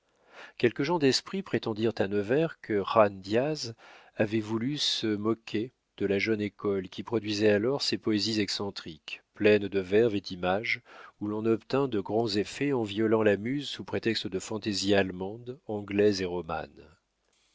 quelques gens d'esprits prétendirent à nevers que jan diaz avait voulu se moquer de la jeune école qui produisait alors ses poésies excentriques pleines de verve et d'images où l'on obtint de grands effets en violant la muse sous prétexte de fantaisies allemandes anglaises et